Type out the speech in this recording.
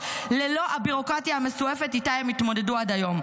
ללא הביורוקרטיה המסועפת שאיתה הם התמודדו עד היום.